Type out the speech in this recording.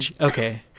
Okay